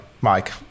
Mike